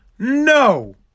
No